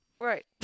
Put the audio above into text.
Right